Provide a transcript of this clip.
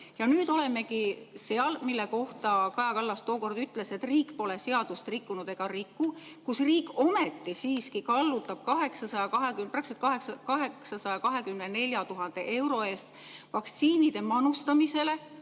Aga nüüd oleme seal, mille kohta Kaja Kallas tookord ütles, et riik pole seadust rikkunud ega riku, kus riik ometi kallutab 824 000 euro eest vaktsiinide manustamisele,